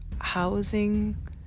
housing